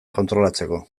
kontrolatzeko